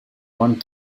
one